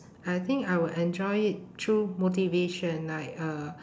I think I would enjoy it through motivation like uh